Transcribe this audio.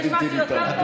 יש משהו יותר טוב מזה?